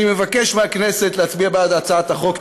אני מבקש מהכנסת להצביע בעד הצעת החוק.